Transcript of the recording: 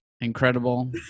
incredible